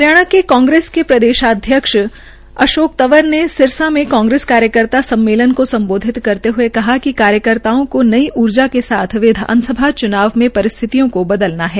हरियाणा के कांग्रेस के प्रदेशाध्यक्ष अशोक तंवर ने सिरसा में कांग्रेस कार्यकर्ता सम्मेलन को संबोधित करते हए कहा कि कार्यकर्ताओं को नई ऊर्जा के साथ विधानसभा च्नाव में परिस्थितियों को बदलना है